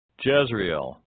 Jezreel